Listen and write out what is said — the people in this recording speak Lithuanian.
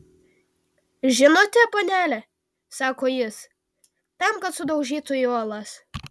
žinote panele sako jis tam kad sudaužytų į uolas